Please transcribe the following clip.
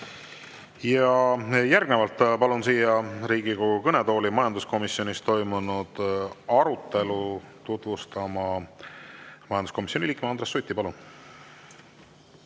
Järgnevalt palun siia Riigikogu kõnetooli majanduskomisjonis toimunud arutelu tutvustama majanduskomisjoni liikme Andres Suti. Palun!